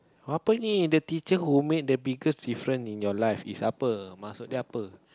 apa ini the teacher who made the biggest difference in your life is